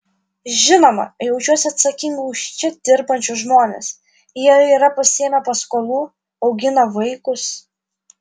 žinoma jaučiuosi atsakinga už čia dirbančius žmones jie yra pasiėmę paskolų augina vaikus